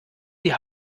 die